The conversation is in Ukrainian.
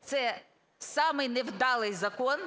це самий невдалий закон,